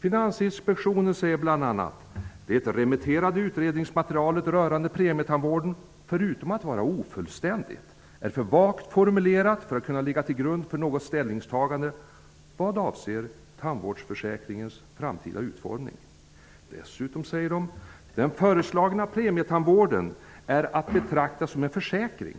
Finansinspektionen säger bl.a. att det remitterade utredningsmaterialet rörande premietandvården, förutom att vara ofullständigt, är för vagt formulerat för att kunna ligga till grund för något ställningstagande vad avser tandvårdsförsäkringens framtida utformning. Dessutom säger man att den föreslagna premietandvården är att betrakta som en försäkring.